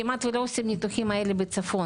כמעט ולא עושים את הניתוחים האלה בצפון